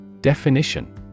Definition